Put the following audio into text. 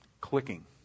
clicking